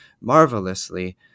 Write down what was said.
marvelously